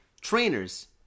trainers